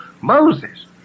Moses